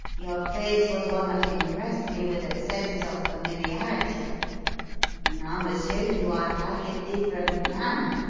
your face was one that impressed me with a sense of familiarity now, monsieur, you are like a different man.